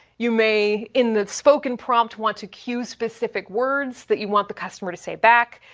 you may, in the spoken prompt, want to queue specific words that you want the customer to say back,